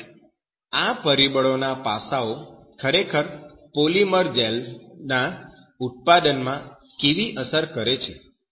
હવે આ પરિબળોના આ પાસાઓ ખરેખર પોલિમર જેલ્સ ના ઉત્પાદનમાં કેવી અસર કરે છે